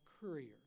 courier